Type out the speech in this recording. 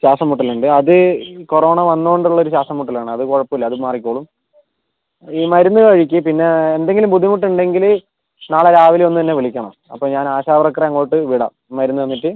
ശ്വാസം മുട്ടലുണ്ട് അത് കൊറോണ വന്നതുകൊണ്ടുള്ളൊരു ശ്വാസം മുട്ടലാണ് അത് കുഴപ്പമില്ല അത് മാറിക്കോളും ഈ മരുന്ന് കഴിക്ക് പിന്നെ എന്തെങ്കിലും ബുദ്ധിമുട്ടുണ്ടെങ്കിൽ നാളെ രാവിലെ ഒന്ന് എന്നെ വിളിക്കണം അപ്പോൾ ഞാൻ ആശ വർക്കറെ അങ്ങോട്ട് വിടാം മരുന്ന് തന്നിട്ട്